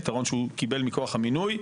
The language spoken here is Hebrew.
יתרון שהוא קיבל מכוח המינוי.